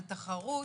על תחרות,